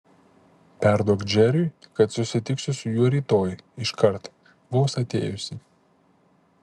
perduok džeriui kad susitiksiu su juo rytoj iškart vos atėjusi